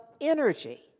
energy